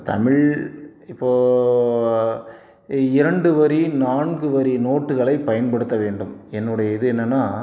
இப்போ தமிழ் இப்போ இரண்டு வரி நான்கு வரி நோட்டுகளை பயன்படுத்த வேண்டும் என்னுடைய இது என்னன்னா